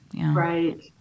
right